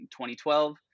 2012